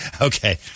okay